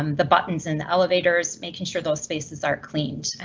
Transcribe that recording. um the buttons in the elevators making sure those spaces are cleaned.